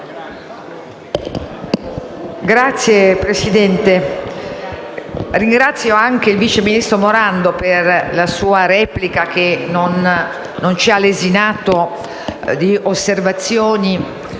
Signor Presidente, ringrazio anzitutto il vice ministro Morando per la sua replica, che non ci ha lesinato di osservazioni